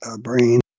brain